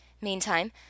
Meantime